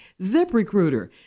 ZipRecruiter